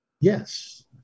Yes